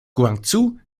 guangzhou